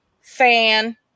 fan